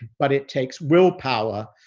but it takes willpower.